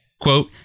quote